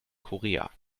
korea